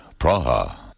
Praha